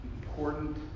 important